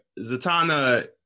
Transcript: Zatanna